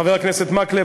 חבר הכנסת מקלב,